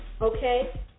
Okay